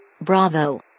Bravo